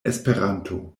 esperanto